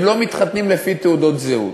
הם לא מתחתנים לפי תעודות זהות.